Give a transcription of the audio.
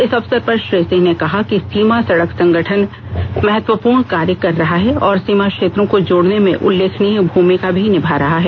इस अवसर पर श्री सिंह ने कहा कि सीमा सड़क संगठन महत्वपूर्ण कार्य कर रहा है और सीमा क्षेत्रों को जोड़ने में उल्लेखनीय भूमिका भी निभा रहा है